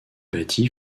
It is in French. bâti